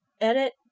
edit